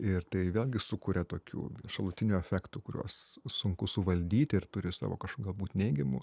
ir tai vėlgi sukuria tokių šalutinių efektų kuriuos sunku suvaldyti ir turi savo kažkokių galbūt neigiamų